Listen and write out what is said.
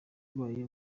arwaye